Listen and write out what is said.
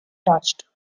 touched